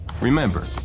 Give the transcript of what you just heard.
Remember